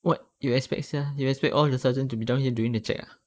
what you expect sia you expect all the sergeant to be down here during the check ah